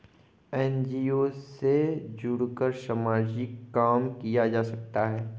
NGO से जुड़कर सामाजिक काम किया जा सकता है